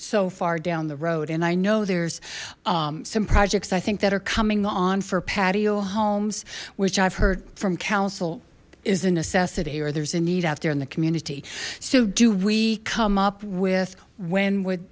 so far down the road and i know there's some projects i think that are coming on for patio homes which i've heard from council is a necessity or there's a need out there in the community so do we come up with when w